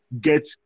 get